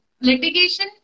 litigation